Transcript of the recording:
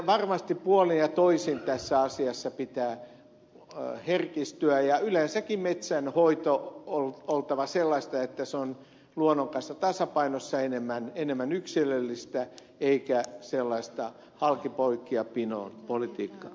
varmasti puolin ja toisin tässä asiassa pitää herkistyä ja yleensäkin metsänhoidon on oltava sellaista että se on luonnon kanssa tasapainossa enemmän yksilöllistä eikä sellaista halki poikki ja pinoon politiikkaa